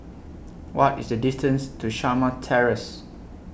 What IS The distance to Shamah Terrace